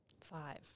five